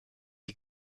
die